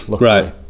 right